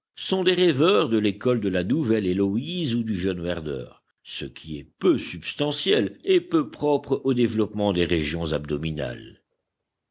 sont des rêveurs de l'école de la nouvelle héloïse ou du jeune werther ce qui est peu substantiel et peu propre au développement des régions abdominales